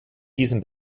diesem